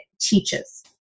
teaches